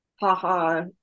haha